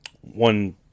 one